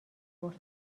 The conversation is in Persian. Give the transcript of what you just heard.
برد